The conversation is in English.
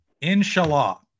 inshallah